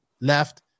left